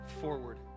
forward